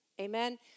Amen